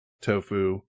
tofu